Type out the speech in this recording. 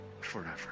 forever